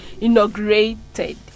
inaugurated